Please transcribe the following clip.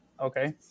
Okay